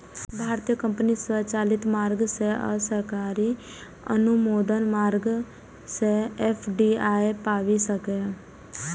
भारतीय कंपनी स्वचालित मार्ग सं आ सरकारी अनुमोदन मार्ग सं एफ.डी.आई पाबि सकैए